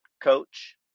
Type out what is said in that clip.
Coach